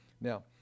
Now